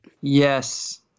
Yes